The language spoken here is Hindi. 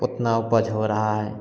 उतना उपज हो रहा है